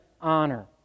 honor